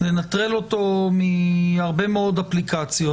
לנטרל אותו מהרבה מאוד אפליקציות,